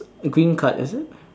green card is it